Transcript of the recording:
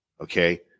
okay